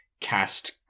cast